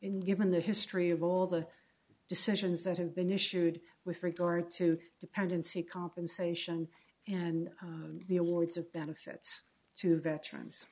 in given the history of all the decisions that have been issued with regard to dependency compensation and the awards of benefits to veterans